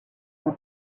more